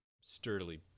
sturdily